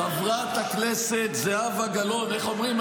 חברת הכנסת זהבה גלאון, איך אומרים?